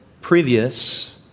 previous